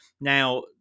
now